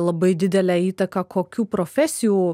labai didelę įtaką kokių profesijų